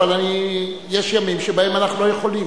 אבל יש ימים שבהם אנחנו לא יכולים.